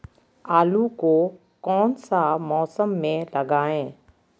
आलू को कौन सा मौसम में लगाए?